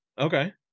okay